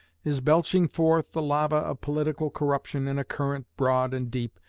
is belching forth the lava of political corruption in a current broad and deep,